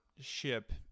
ship